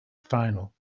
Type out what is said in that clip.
final